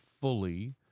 fully